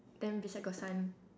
then beside got sun